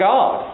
God